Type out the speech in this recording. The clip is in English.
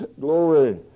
Glory